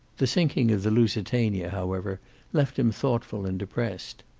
the sinking of the lusitania, however, left him thoughtful and depressed.